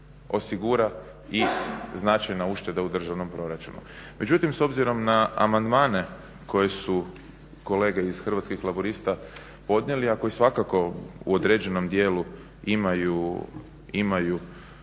osigura i značajna ušteda u državnom proračunu. Međutim, s obzirom na amandmane koje su kolege iz Hrvatskih laburista podnijeli a koji svakako u određenom dijelu imaju